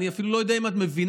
אני אפילו לא יודע אם את מבינה,